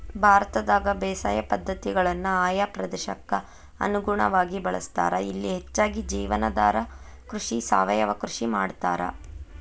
ಭಾರತದಾಗ ಬೇಸಾಯ ಪದ್ಧತಿಗಳನ್ನ ಆಯಾ ಪ್ರದೇಶಕ್ಕ ಅನುಗುಣವಾಗಿ ಬಳಸ್ತಾರ, ಇಲ್ಲಿ ಹೆಚ್ಚಾಗಿ ಜೇವನಾಧಾರ ಕೃಷಿ, ಸಾವಯವ ಕೃಷಿ ಮಾಡ್ತಾರ